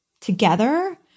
together